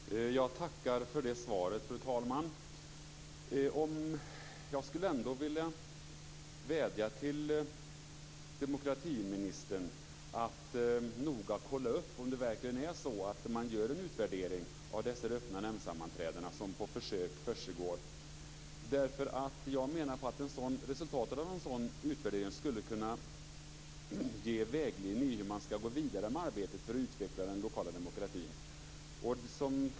Fru talman! Jag tackar för det svaret. Jag skulle ändå vilja vädja till demokratiministern att noga kontrollera om det görs en utvärdering av dessa försök med öppna nämndsammanträden. Resultatet av en sådan utvärdering kan ge vägledning i hur man skall gå vidare i arbetet med utveckling av den lokala demokratin.